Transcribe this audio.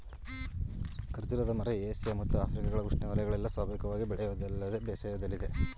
ಖರ್ಜೂರದ ಮರ ಏಷ್ಯ ಮತ್ತು ಆಫ್ರಿಕಗಳ ಉಷ್ಣವಯಗಳಲ್ಲೆಲ್ಲ ಸ್ವಾಭಾವಿಕವಾಗಿ ಬೆಳೆಯೋದಲ್ಲದೆ ಬೇಸಾಯದಲ್ಲಿದೆ